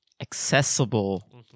accessible